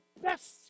best